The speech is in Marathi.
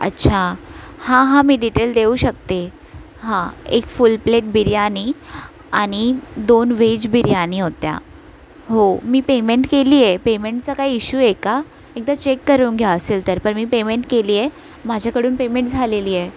अच्छा हां हां मी डिटेल देऊ शकते हां एक फुल प्लेट बिर्याणी आणि दोन व्हेज बिर्याणी होत्या हो मी पेमेंट केली आहे पेमेंटचा काही इश्यू आहे का एकदा चेक करून घ्या असेल तर पण मी पेमेंट केली आहे माझ्याकडून पेमेंट झालेली आहे